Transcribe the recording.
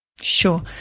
Sure